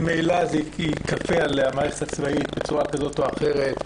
ממילא זה ייכפה על המערכת הצבאית בצורה כזאת או אחרת.